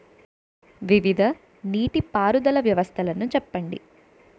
వివిధ నీటి పారుదల వ్యవస్థలను చెప్పండి?